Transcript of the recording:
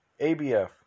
ABF